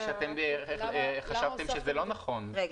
כרגע,